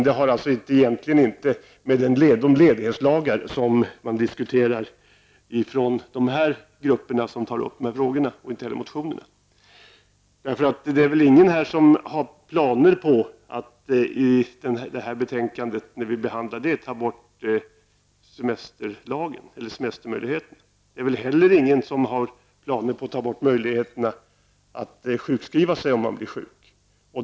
Det har alltså egentligen inte att göra med de ledighetslagar som man diskuterar i de grupper som tar upp de här frågorna och som motionen handlar om. För det är väl ingen här som har planer på att, i samband med att vi behandlar betänkandet, ta bort semestermöjligheten? Det är väl heller ingen som har planer på att ta bort möjligheten att sjukskriva sig om man blir sjuk?